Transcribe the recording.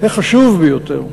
החשוב ביותר,